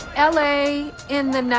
l a. in